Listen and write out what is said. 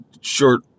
short